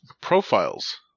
profiles